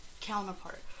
counterpart